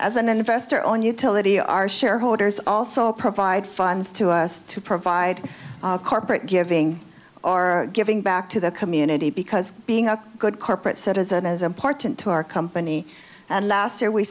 as an investor on utility our shareholders also provide funds to us to provide corporate giving are giving back to the community because being a good corporate citizen is important to our company and last year we